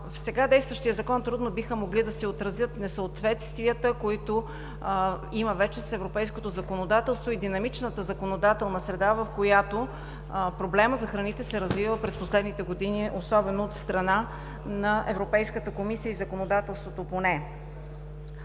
сега действащия Закон трудно биха могли да се отразят несъответствията, които има вече с европейското законодателство и динамичната законодателна среда, в която проблемът за храните се развива през последните години, особено от страна на Европейската комисия и законодателството по нея.